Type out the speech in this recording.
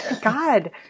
god